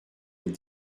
les